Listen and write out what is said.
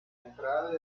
entrada